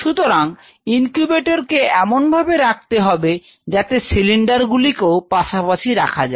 সুতরাং ইনকিউবেটর কে এমন ভাবে রাখতে হবে যেখানে সিলিন্ডার গুলিকেও পাশাপাশি রাখা যায়